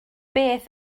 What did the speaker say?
beth